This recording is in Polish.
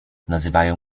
nazywają